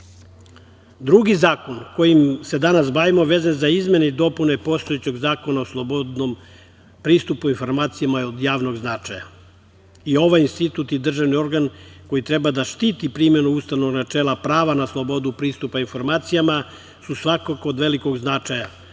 zakon, kojim se danas bavimo, vezan za izmene i dopune postojećeg Zakona o slobodnom pristupu informacijama od javnog značaja, i ovaj institut i državni organ koji treba da štiti primenu ustavnog načela prava na slobodu pristupa informacijama su svakako od velikog značaja